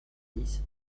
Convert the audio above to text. dix